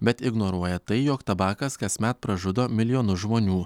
bet ignoruoja tai jog tabakas kasmet pražudo milijonus žmonių